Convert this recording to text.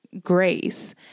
grace